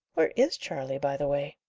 where is charley, by the way?